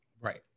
Right